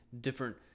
different